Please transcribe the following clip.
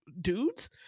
dudes